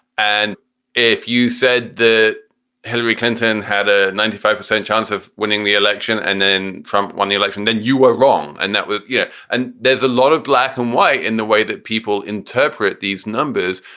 and if you said the hillary clinton had a ninety five percent chance of winning the election and then trump won the election, then you were wrong. and that yeah and there's a lot of black and white in the way that people interpret these numbers,